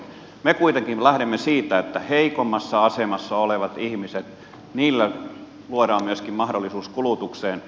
me kuitenkin lähdemme siitä että heikommassa asemassa oleville ihmisille luodaan myöskin mahdollisuus kulutukseen